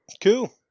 Cool